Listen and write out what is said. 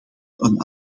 een